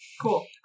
Cool